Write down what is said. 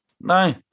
No